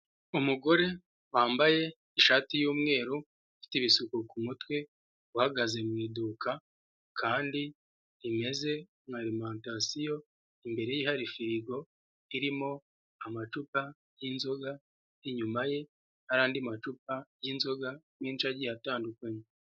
Umugore wambaye ishati y'umweru, ufite ibisuko ku mutwe, uhagaze mu iduka kandi rimeze nka arimantasiyo, imbere ye hari firigo irimo amacupa y'inzoga, inyuma ye hari andi macupa y'inzoga menshi agiye atandukanye.